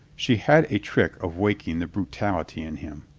she had a trick of waking the bru tality in him.